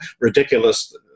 ridiculous